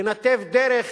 לנתב דרך